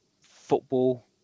football